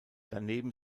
daneben